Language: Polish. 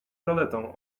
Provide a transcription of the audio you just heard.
zaletą